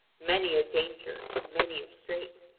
many a danger and many a strait,